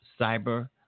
cyber